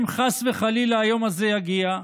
אם חס וחלילה היום הזה יגיע,